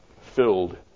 filled